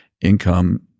income